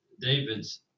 David's